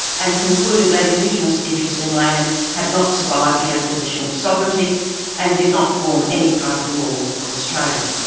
and concluded that indigenous interests in land had not survived the acquisition of sovereignty and did not form any part of the law of australia.